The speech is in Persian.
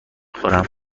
خورم